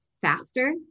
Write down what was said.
faster